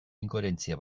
inkoherentzia